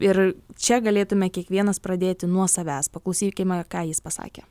ir čia galėtume kiekvienas pradėti nuo savęs paklausykime ką jis pasakė